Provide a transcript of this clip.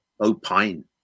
opine